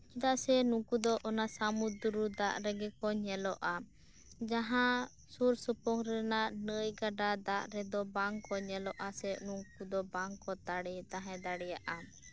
ᱪᱮᱫᱟᱜ ᱥᱮ ᱱᱩᱠᱩ ᱫᱚ ᱚᱱᱟ ᱥᱟᱹᱢᱩᱫᱨᱚ ᱫᱟᱜ ᱨᱮᱜᱮᱠᱚ ᱧᱮᱞᱚᱜᱼᱟ ᱡᱟᱦᱟᱸ ᱥᱳᱨ ᱥᱳᱯᱳᱨ ᱨᱮᱱᱟᱜ ᱱᱟᱹᱭ ᱜᱟᱰᱟ ᱫᱟᱜ ᱨᱮᱫᱚ ᱵᱟᱝᱠᱚ ᱧᱮᱞᱚᱜᱼᱟ ᱥᱮ ᱱᱩᱠᱩ ᱠᱚᱫᱚ ᱵᱟᱝᱠᱚ ᱛᱟᱦᱮᱸ ᱫᱟᱲᱮᱭᱟᱜᱼᱟ